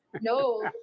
No